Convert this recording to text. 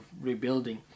rebuilding